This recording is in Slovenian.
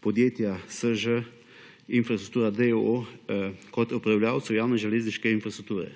podjetja SŽ - Infrastruktura, d. o. o., kot upravljavcu javne železniške infrastrukture.